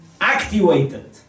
activated